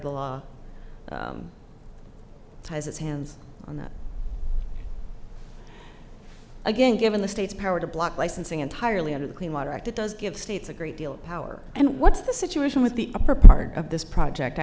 the law ties its hands on that again given the state's power to block licensing entirely under the clean water act it does give states a great deal of power and what's the situation with the upper part of this project